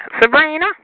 Sabrina